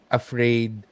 afraid